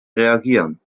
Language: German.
reagieren